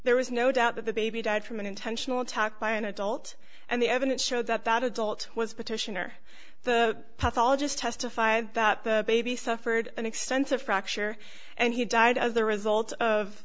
there was no doubt that the baby died from an intentional attack by an adult and the evidence showed that that adult was petitioner the pathologist testified that the baby suffered an extensive fracture and he died as the result of